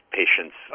patients